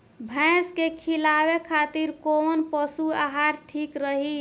भैंस के खिलावे खातिर कोवन पशु आहार ठीक रही?